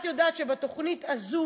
את יודעת שבתוכנית הזו,